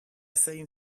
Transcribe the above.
saying